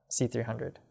C300